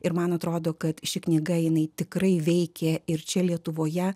ir man atrodo kad ši knyga jinai tikrai veikia ir čia lietuvoje